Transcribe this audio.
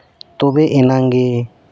ᱛᱚᱵᱮ ᱮᱱᱟᱝ ᱜᱮ